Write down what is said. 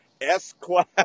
S-class